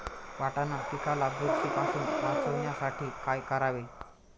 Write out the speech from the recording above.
वाटाणा पिकाला बुरशीपासून वाचवण्यासाठी काय करावे?